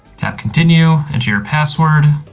tap continue enter your password.